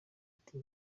ati